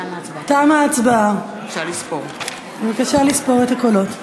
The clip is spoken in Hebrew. תמה ההצבעה, בבקשה לספור את הקולות.